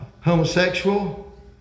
Homosexual